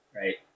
right